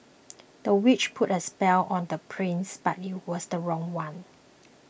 the witch put a spell on the prince but it was the wrong one